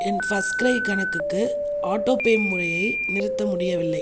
என் first cry கணக்குக்கு autopay முறையை நிறுத்த முடியவில்லை